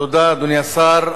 תודה, אדוני השר.